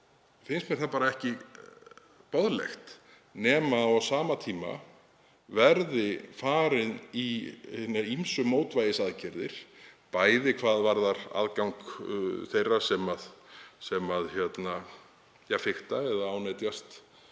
þá finnst mér það ekki boðlegt nema á sama tíma verði farið í hinar ýmsu mótvægisaðgerðir, hvað varðar aðgang þeirra sem fikta við eða ánetjast